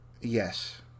Yes